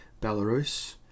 Belarus